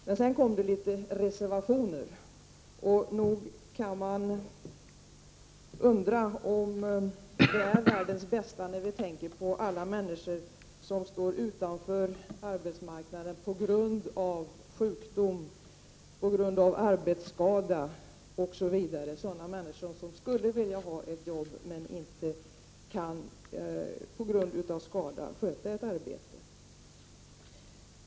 Men sedan kom litet reservationer, och nog kan man undra om det är världens bästa när vi tänker på alla människor som står utanför arbetsmarknaden på grund av sjukdom, arbetsskada osv. Det är människor som skulle vilja ha ett jobb men som på grund av skada inte kan sköta ett arbete.